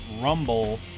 Rumble